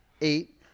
eight